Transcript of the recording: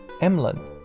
Emlyn